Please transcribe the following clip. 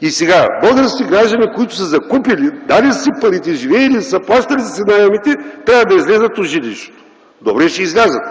И сега, български граждани, които са закупили, дали са парите, живели са, плащали са наемите, трябва да излязат от жилището. Добре, ще излязат,